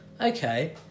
okay